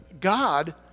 God